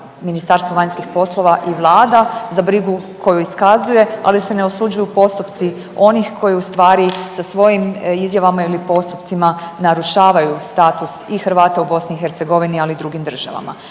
Ministarstvo vanjskih poslova i vlada za brigu koju iskazuje, ali se ne osuđuju postupci onih koji u stvari sa svojim izjavama ili postupcima narušavaju status i Hrvata u BiH, ali i u drugim državama.